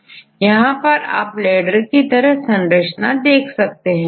यह beta strand है और यहां आप तृतीयक संरचना भी देख सकते हैं